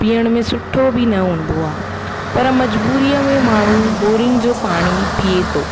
पीअण में सुठो बि न हूंदो आहे पर मजबूरीअ में माण्हू बोरिंग जो पाणी पीए थो